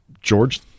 george